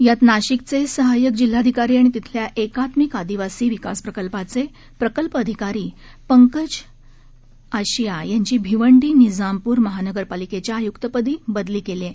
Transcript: यात नाशिकषे सहाय्यक जिल्हाधिकारी आणि तिथल्या एकात्मिक आदिवासी विकास प्रकल्पाचे प्रकल्प अधिकारी पंकज आशिया यांची भिवंडी निझामपूर महानगरपालिकेच्या आयुक्तपदी बदली केली आहे